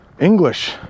English